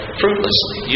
fruitlessly